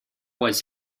was